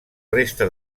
resta